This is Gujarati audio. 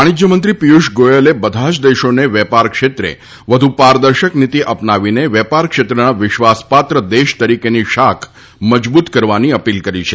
વાણિશ્ય મંત્રી પિયુષ ગોયલે બધા જ દેશોને વેપાર ક્ષેત્રે વધુ પારદર્શક નીતિ અપનાવીને વેપાર ક્ષેત્રના વિશ્વાસપાત્ર દેશ તરીકેની શાખ મજબૂત કરવાની અપીલ કરી છે